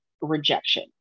rejection